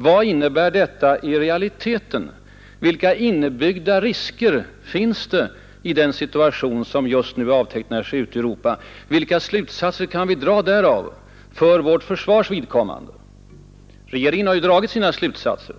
Vad innebär det i realiteten? Vilka inbyggda risker finns det i den situation som just nu avtecknar sig ute i Europa? Vilka slutsatser kan vi dra därav för vårt försvars vidkommande? Regeringen har ju dragit sina slutsatser.